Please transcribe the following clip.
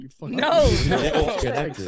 no